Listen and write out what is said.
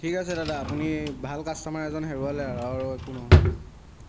ঠিক আছে দাদা আপুনি ভাল কাষ্ট'মাৰ এজন হেৰুৱালে আৰু আৰু একো নহয়